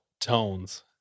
tones